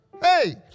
hey